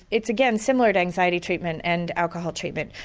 it's again similar to anxiety treatment and alcohol treatment,